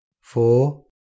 four